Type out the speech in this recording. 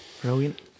Brilliant